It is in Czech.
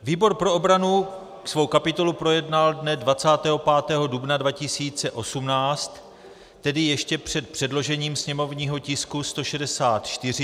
Výbor pro obranu svou kapitolu projednal dne 25. dubna 2018, tedy ještě před předložením sněmovního tisku 164.